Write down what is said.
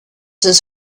his